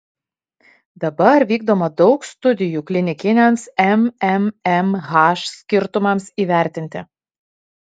dabar vykdoma daug studijų klinikiniams mmmh skirtumams įvertinti